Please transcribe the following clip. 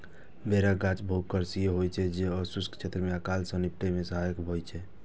बेरक गाछ बहुवार्षिक होइ छै आ शुष्क क्षेत्र मे अकाल सं निपटै मे सहायक भए सकै छै